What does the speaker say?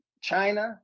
China